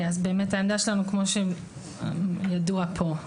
העמדה שלנו כמו שידוע פה,